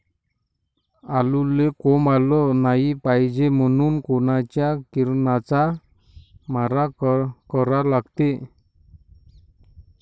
आलूले कोंब आलं नाई पायजे म्हनून कोनच्या किरनाचा मारा करा लागते?